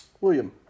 William